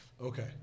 Okay